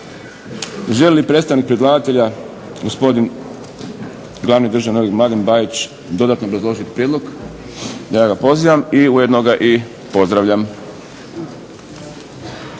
Želi li predstavnik predlagatelja gospodin Glavni državni odvjetnik Mladen Bajić dodatno obrazložiti prijedlog? Ja ga pozivam i ujedno ga i pozdravljam.